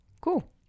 Cool